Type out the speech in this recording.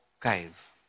cave